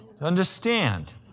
Understand